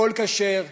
הכול כשר,